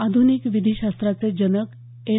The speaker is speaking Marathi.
आध्निक विधी शास्त्राचे जनक एन